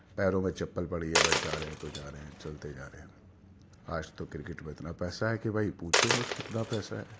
پیروں میں چپل پڑی ہے بس جا رہے ہیں تو جا رہے ہیں چلتے جا رہے ہیں آج تو کرکٹ میں اتنا پیسہ ہے کہ بھائی پوچھو مت کتنا پیسہ ہے